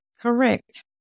correct